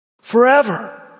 forever